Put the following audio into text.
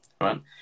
right